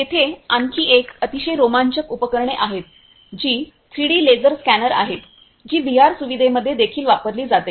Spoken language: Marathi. येथे आणखी एक अतिशय रोमांचक उपकरणे आहेत जी 3 डी लेसर स्कॅनर आहे जी व्हीआर सुविधेमध्ये देखील वापरली जाते